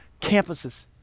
campuses